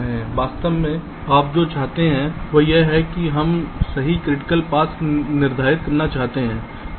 इसलिए वास्तव में आप जो चाहते हैं वह यह है कि हम सही क्रिटिकल पाथ्स निर्धारित करना चाहते हैं क्यों